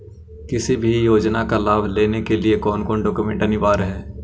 किसी भी योजना का लाभ लेने के लिए कोन कोन डॉक्यूमेंट अनिवार्य है?